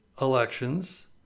elections